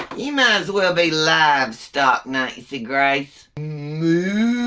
um as well be livestock, nancy grace. moooooooo!